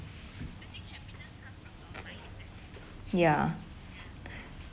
ya